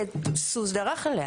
שסוס דרך עליה.